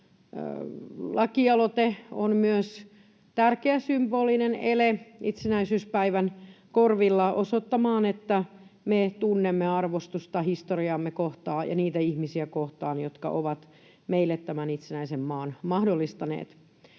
lakialoite on myös tärkeä symbolinen ele itsenäisyyspäivän korvilla osoittamaan, että me tunnemme arvostusta historiaamme kohtaan ja niitä ihmisiä kohtaan, jotka ovat meille tämän itsenäisen maan mahdollistaneet.